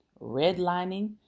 redlining